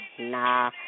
Nah